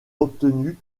obtenue